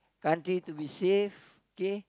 country to be safe okay